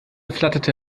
flatterte